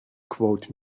quote